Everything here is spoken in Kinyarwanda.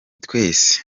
twese